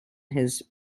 his